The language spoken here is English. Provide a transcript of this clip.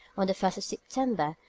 on the first of september,